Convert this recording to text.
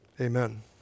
Amen